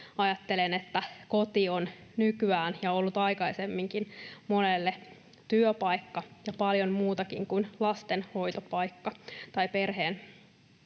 Ajattelen, että koti on nykyään ja on ollut aikaisemminkin monelle työpaikka ja paljon muutakin kuin lastenhoitopaikka, ja